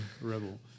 rebel